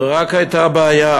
רק זו הייתה הבעיה.